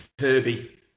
Herbie